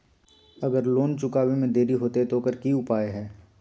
अगर लोन चुकावे में देरी होते तो ओकर की उपाय है?